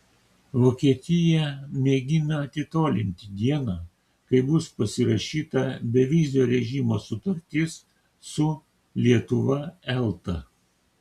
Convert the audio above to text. vokietija mėgina atitolinti dieną kai bus pasirašyta bevizio režimo sutartis su lietuva elta